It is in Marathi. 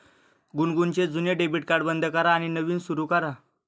गुनगुनचे जुने डेबिट कार्ड बंद करा आणि नवीन सुरू करा